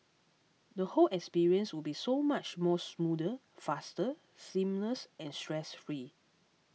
the whole experience would be so much more smoother faster seamless and stress free